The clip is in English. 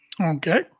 Okay